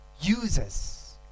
uses